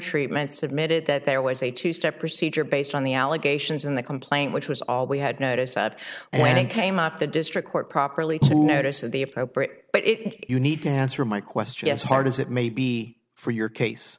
treatment submitted that there was a two step procedure based on the allegations in the complaint which was all we had notice of when it came up the district court properly to notice that the appropriate but if you need to answer my question yes hard as it may be for your case